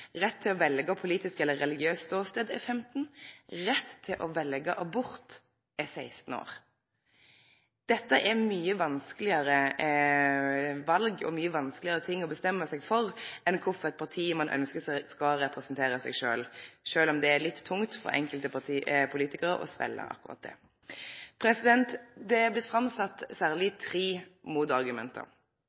til å velje politisk eller religiøst ståstad får du når du er 15 år. Du har rett til å velje abort når du er 16 år. Dette er mykje vanskelegare val og mykje vanskelegare ting å bestemme seg for enn å velje kva for eit parti ein ønskjer skal representere seg, sjølv om det er litt tungt for enkelte politikarar å